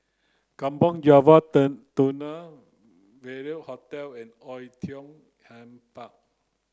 Kampong Java turn Tunnel Venue Hotel and Oei Tiong Ham Park